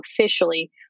officially